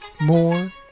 more